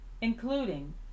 including